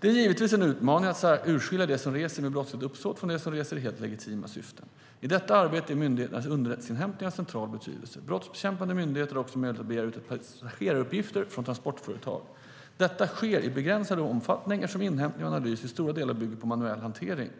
Det är givetvis en utmaning att urskilja dem som reser med brottsligt uppsåt från dem som reser i helt legitima syften. I detta arbete är myndighetens underrättelseinhämtning av central betydelse. Brottsbekämpande myndigheter har också möjlighet att begära ut passageraruppgifter från transportföretag. Detta sker i begränsad omfattning, eftersom inhämtning och analys i stora delar bygger på manuell hantering.